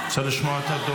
--- לשמוע את הממשלה.